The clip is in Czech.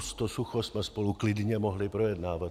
To sucho jsme spolu klidně mohli projednávat.